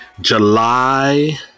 July